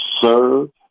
serve